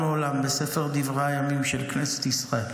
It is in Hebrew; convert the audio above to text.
עולם בספר דברי הימים של כנסת ישראל.